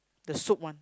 the soup one